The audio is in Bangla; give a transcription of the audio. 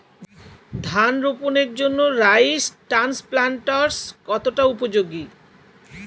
ধান রোপণের জন্য রাইস ট্রান্সপ্লান্টারস্ কতটা উপযোগী?